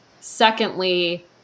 secondly